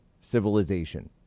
civilization